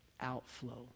outflow